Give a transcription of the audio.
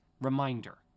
reminder